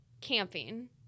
camping